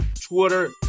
Twitter